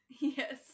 Yes